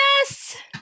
yes